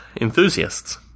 enthusiasts